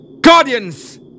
Guardians